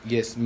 Yes